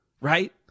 right